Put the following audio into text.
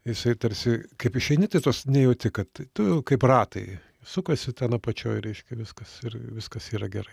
jisai tarsi kaip išeini tai tos nejauti kad tai tu kaip ratai sukasi ten apačioj reiškia viskas ir viskas yra gerai